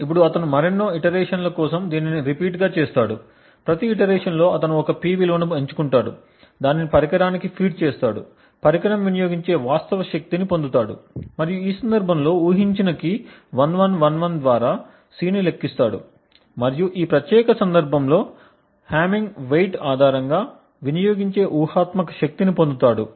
ఇప్పుడు అతను మరెన్నో ఇటరేషన్ల కోసం దీనిని రిపీట్చేస్తాడు ప్రతి ఇటరేషన్ లో అతను ఒక P విలువను ఎంచుకుంటాడు దానిని పరికరానికి ఫీడ్ చేస్తాడు పరికరం వినియోగించే వాస్తవ శక్తిని పొందుతాడు మరియు ఆ సందర్భంలో ఊహించిన కీ 1111 ద్వారా C ని లెక్కిస్తాడు మరియు ఈ ప్రత్యేక సందర్భంలో హామింగ్ వెయిట్ ఆధారంగా వినియోగించే ఊహాత్మక శక్తిని పొందుతాడు